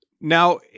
Now